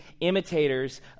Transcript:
imitators